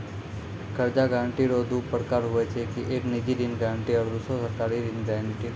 कर्जा गारंटी रो दू परकार हुवै छै एक निजी ऋण गारंटी आरो दुसरो सरकारी ऋण गारंटी